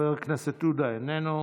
חבר הכנסת עודה, איננו.